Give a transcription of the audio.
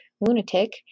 lunatic